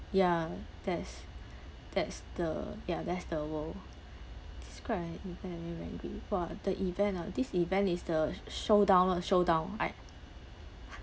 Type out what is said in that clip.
ya that's that's the ya that's the world describe an event that made you angry !wah! the event ah this event then is the showdown loh showdown I